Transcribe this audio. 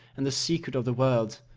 and the secret of the world.